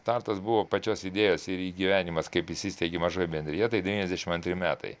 startas buvo pačios idėjos ir gyvenimas kaip įsisteigė mažoji bendrija tai devyniasdešim antri metai